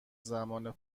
زمان